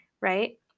right